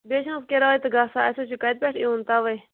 بیٚیہِ چھِ نَہ حَظ کِراے تہِ گژھان اسہِ حَظ چھُ کتہِ پٮ۪ٹھ یُن توے